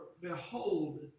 behold